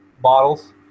bottles